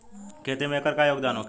खेती में एकर का योगदान होखे?